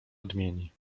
odmieni